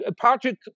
Patrick